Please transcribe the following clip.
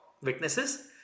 witnesses